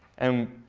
and